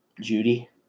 Judy